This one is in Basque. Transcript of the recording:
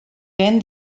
lehen